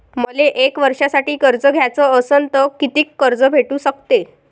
मले एक वर्षासाठी कर्ज घ्याचं असनं त कितीक कर्ज भेटू शकते?